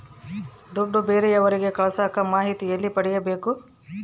ದುಡ್ಡು ಬೇರೆಯವರಿಗೆ ಕಳಸಾಕ ಮಾಹಿತಿ ಎಲ್ಲಿ ಪಡೆಯಬೇಕು?